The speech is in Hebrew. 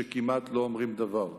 שכמעט לא אומרים דבר.